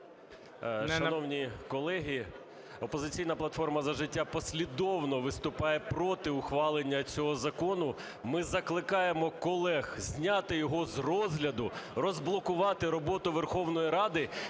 Шановні колеги, "Опозиційна платформа - За життя" послідовно виступає проти ухвалення цього закону. Ми закликаємо колег зняти його з розгляду, розблокувати роботу Верховної Ради